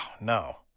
no